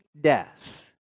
death